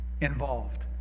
involved